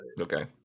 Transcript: Okay